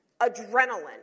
Adrenaline